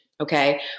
Okay